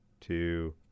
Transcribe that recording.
two